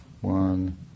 One